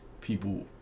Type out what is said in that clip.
People